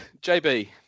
jb